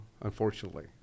unfortunately